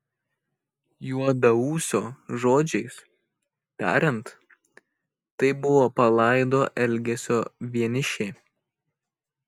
juodaūsio žodžiais tariant tai buvo palaido elgesio vienišė